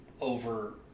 over